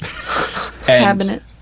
Cabinet